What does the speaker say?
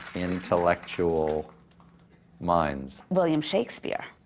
intellectual minds william shakespeare.